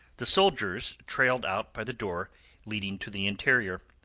the soldiers trailed out by the door leading to the interior.